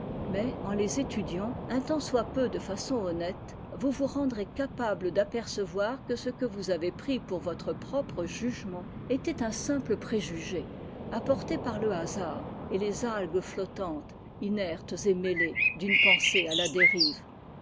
mais en les étudiant un tant soit peu de façon honnête vous vous rendrez capable d'apercevoir que ce que vous avez pris pour votre propre jugement était un simple préjugé apporté par le hasard et les algues flottantes inertes et mêlées d'une pensée à la dérive